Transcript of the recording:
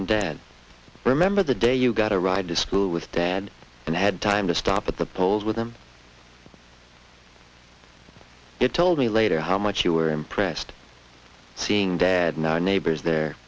and dad remember the day you got a ride to school with dad and had time to stop at the polls with him you told me later how much you were impressed seeing dad no neighbors there